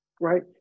right